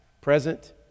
present